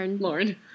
Lauren